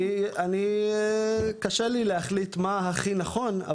אני קשה לי להחליט מה הכי נכון,